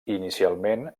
inicialment